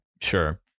Sure